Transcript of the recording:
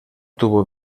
tuvo